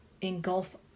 Engulf